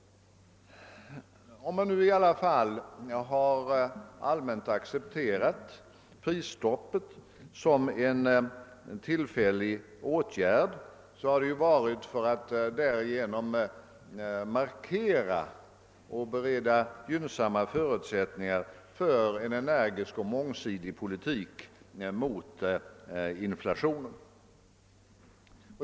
Om man nu i alla fall har allmänt accepterat prisstoppet som en tillfällig åtgärd, har man gjort det för att därigenom markera och bereda gynnsamma förutsättningar för en energisk och mångsidig politik mot inflationen.